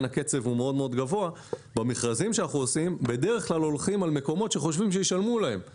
הקצב הוא מאוד גבוה בדרך כלל הולכים על מקומות שחושבים שישלמו להם.